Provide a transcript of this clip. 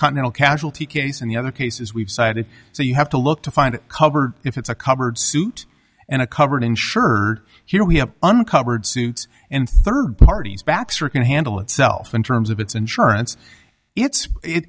continental casualty case and the other cases we've cited so you have to look to find covered if it's a covered suit and a covered in shirt here we have uncovered suits and third parties baxter can handle itself in terms of its insurance its it